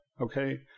Okay